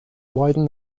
widen